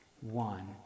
One